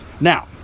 Now